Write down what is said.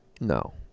No